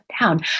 down